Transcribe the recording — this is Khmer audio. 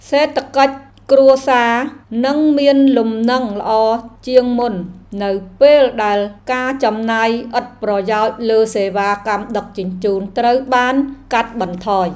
សេដ្ឋកិច្ចគ្រួសារនឹងមានលំនឹងល្អជាងមុន នៅពេលដែលការចំណាយឥតប្រយោជន៍លើសេវាកម្មដឹកជញ្ជូនត្រូវបានកាត់បន្ថយ។